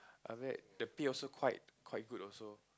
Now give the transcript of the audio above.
after that the pay also quite quite good also